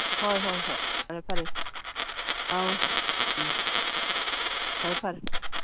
ꯍꯣꯏ ꯍꯣꯏ ꯍꯣꯏ ꯐꯔꯦ ꯐꯔꯦ ꯑꯧ ꯎꯝ ꯐꯔꯦ ꯐꯔꯦ